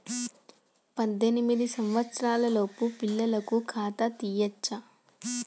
పద్దెనిమిది సంవత్సరాలలోపు పిల్లలకు ఖాతా తీయచ్చా?